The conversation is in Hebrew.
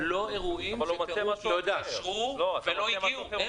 לא אירועים שהתקשרו ולא הגיעו.